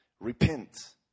Repent